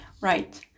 Right